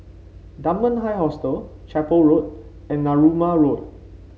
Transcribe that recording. Dunman High Hostel Chapel Road and Narooma Road